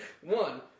One